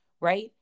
right